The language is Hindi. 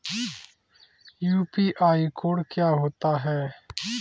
यू.पी.आई कोड क्या होता है?